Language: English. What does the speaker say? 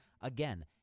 Again